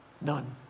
None